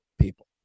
people